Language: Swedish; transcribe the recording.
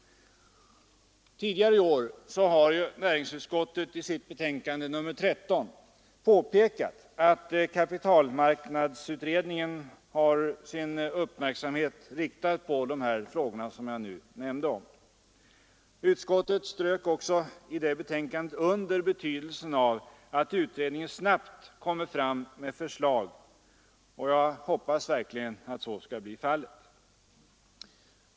Tidigare i år har näringsutskottet i sitt betänkande nr 13 påpekat att kapitalmarknadsutredningen har sin uppmärksamhet riktad på de frågor jag nu nämnt. Utskottet strök också i det betänkandet under betydelsen av att utredningen snabbt framlägger förslag, och jag hoppas verkligen att så skall bli fallet.